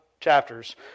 chapters